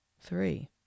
three